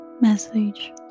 message